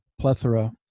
plethora